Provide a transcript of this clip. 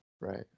right